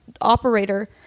operator